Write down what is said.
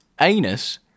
anus